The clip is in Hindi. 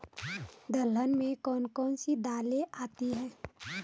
दलहन में कौन कौन सी दालें आती हैं?